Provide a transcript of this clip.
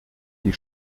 die